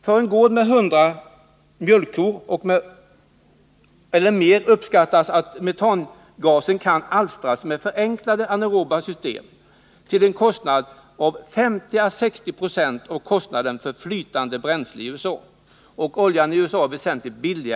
För gårdar med 100 mjölkkor eller mer uppskattas att metangasen kan alstras med förenklade anaeroba system till en kostnad av 50-60 926 av kostnaden för flytande bränsle i USA.